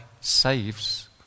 saves